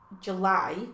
July